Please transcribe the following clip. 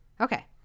Okay